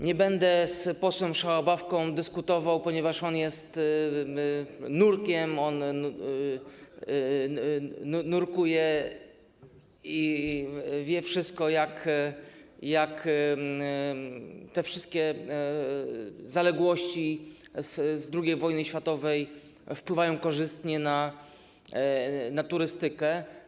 Nie będę z posłem Szałabawką dyskutował, ponieważ on jest nurkiem, on nurkuje i wie wszystko o tym, jak te wszystkie zaległości z II wojny światowej wpływają korzystnie na turystykę.